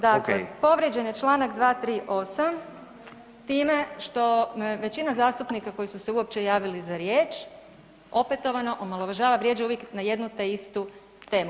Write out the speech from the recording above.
Dakle, povrijeđen je čl. 238. time što me većina zastupnika koji su se uopće javili za riječ opetovano omalovažava vrijeđa uvijek na jednu te istu temu.